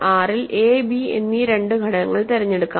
R ൽ a b എന്നീ രണ്ട് ഘടകങ്ങൾ തിരഞ്ഞെടുക്കാം